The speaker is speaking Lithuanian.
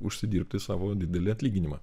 užsidirbti savo didelį atlyginimą